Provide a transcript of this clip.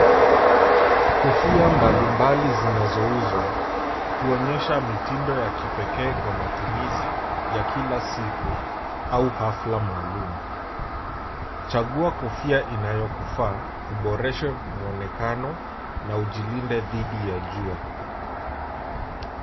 Kofia mbalimbali zinazouzwa kuonyesha mitindo ya kipekee Kwa matumizi ya kila siku au hafla maalum. Chagua kofia inayokufaa uboreshe muonekano na ujilinde dhidi ya jua.